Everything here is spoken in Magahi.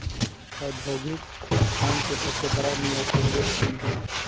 औद्योगिक भांड के सबसे बड़ा निर्यातक देश चीन हई